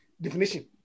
definition